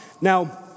Now